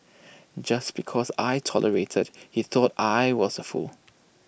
just because I tolerated he thought I was A fool